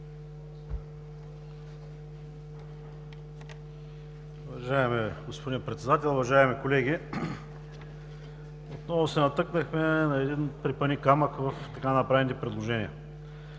Уважаеми господин Председател, уважаеми колеги! Отново се натъкнахме на един препъникамък в така направените предложения.